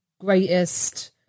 greatest